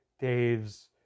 dave's